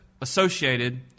associated